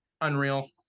unreal